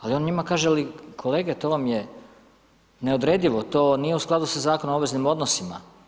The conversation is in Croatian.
Al' on njima kaže: ali kolege, to vam je neodredivo, to nije u skladu sa Zakonom o obveznim odnosima.